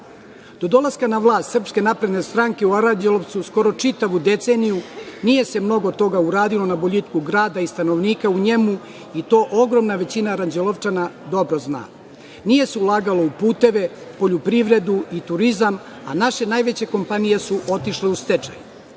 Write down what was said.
dolaska na vlast SNS u Aranđelovcu skoro čitavu deceniju nije se mnogo toga uradilo na boljitku grada i stanovnika u njemu i to ogromna većina Aranđelovčana dobro zna. Nije se ulagalo u puteve, poljoprivredu i turizam, a naše najveće kompanije su otišle u stečaj. Još